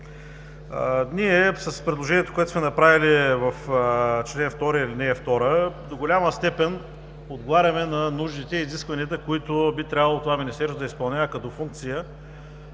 Ние с предложението, което сме направили в чл. 2, ал. 2 до голяма степен отговаряме на нуждите и изискванията, които би трябвало това Министерство да изпълнява като функция,